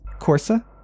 Corsa